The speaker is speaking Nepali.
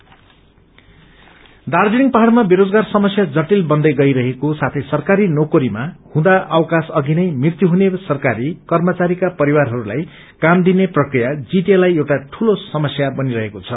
डाइ इन हारनेस दार्जीलिङ पहाइमा बेरोजगार समस्या जटिल बन्दै गई रहेको साथै सरकारी नोकरीमा हुँदा अवकाश अषि नै मृत्यु हुने सरकारी कर्मचारीका परिवारहरूलाई काम दिने प्रक्रिया जीटीएलाई एउटा दूलो समस्या बनी रहेको छ